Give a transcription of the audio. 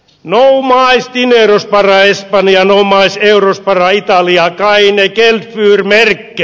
no mas dinero para espana no mas euros para italia